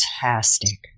Fantastic